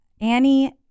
Annie